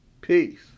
Peace